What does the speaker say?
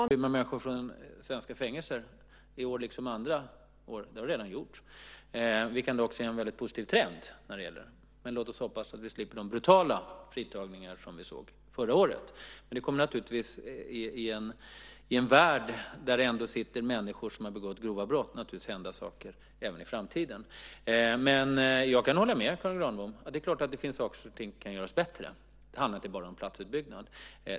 Fru talman! Det är klart att det kommer att rymma människor från svenska fängelser i år liksom andra år. Det har det redan gjort. Vi kan dock se en väldigt positiv trend. Låt oss hoppas att vi slipper de brutala fritagningar vi såg förra året. I en värld där det sitter människor som har begått grova brott kommer det naturligtvis att hända saker även i framtiden. Jag kan hålla med Karin Granbom om att det finns saker som kan göras bättre. Det handlar inte bara om platsutbyggnad.